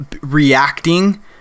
reacting